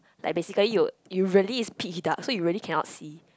like basically you you really is pitch dark so you really cannot see